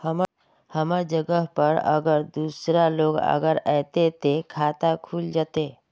हमर जगह पर अगर दूसरा लोग अगर ऐते ते खाता खुल जते?